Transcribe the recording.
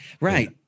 right